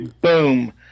Boom